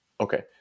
okay